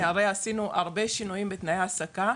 אראה עשינו הרבה שינויים בתנאי העסקה.